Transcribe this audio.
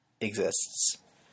exists